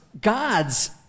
God's